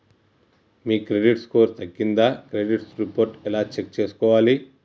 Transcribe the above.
మీ credit score తగ్గిందా credit report ఎలా check చేసుకోవాలి?